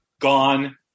gone